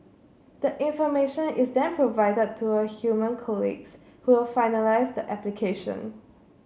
the information is then provided to her human colleagues who will finalise the application